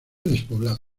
despoblado